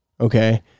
okay